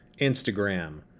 Instagram